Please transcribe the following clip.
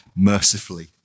Mercifully